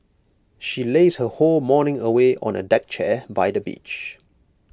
she lazed her whole morning away on A deck chair by the beach